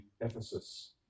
Ephesus